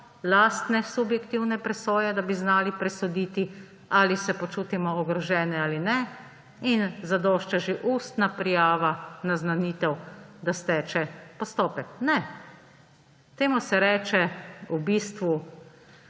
lastne subjektivne presoje, da bi znali presoditi, ali se počutimo ogrožene ali ne? In zadošča že ustna prijava, naznanitev, da steče postopek. Ne. Temu se v bistvu